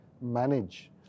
manage